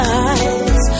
eyes